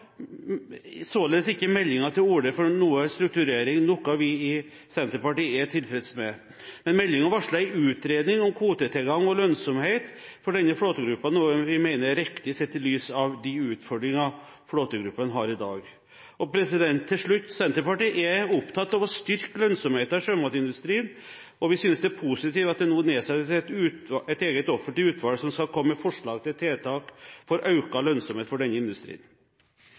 således ikke meldingen til orde for strukturering, noe vi i Senterpartiet er tilfreds med. Men meldingen varsler en utredning om kvotetilgang og lønnsomhet for denne flåtegruppen, noe vi mener er riktig, sett i lys av de utfordringene flåtegruppen har i dag. Til slutt: Senterpartiet er opptatt av å styrke lønnsomheten i sjømatindustrien, og vi synes det er positivt at det nå nedsettes et eget offentlig utvalg som skal komme med forslag til tiltak for økt lønnsomhet for denne industrien.